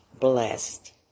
blessed